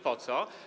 Po co?